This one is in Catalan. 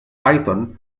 python